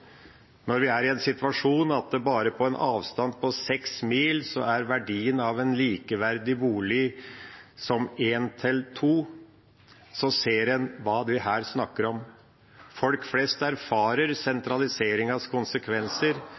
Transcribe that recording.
Når vi er i en situasjon der på en avstand på bare 6 mil er verdien av en likeverdig bolig som en til to, ser en hva vi her snakker om. Folk flest erfarer sentraliseringens konsekvenser,